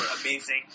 amazing